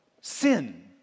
sin